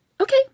Okay